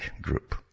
group